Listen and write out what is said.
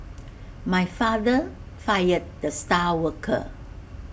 my father fired the star worker